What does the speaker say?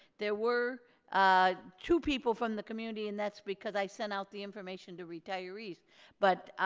there were ah two people from the community and that's because i sent out the information to retirees but,